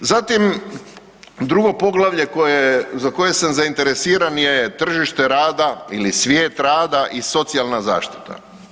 Zatim drugo poglavlje za koje sam zainteresiran je tržište rada ili svijet rada i socijalna zaštita.